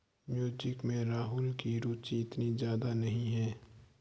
music में राहुल की रुचि इतनी ज्यादा नहीं है